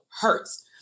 hurts